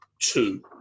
two